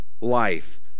life